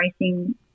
racing